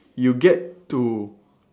you get to